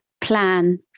plan